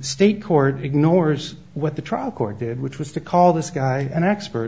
state court ignores what the trial court did which was to call this guy and expert